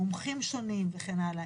מומחים שונים וכן הלאה,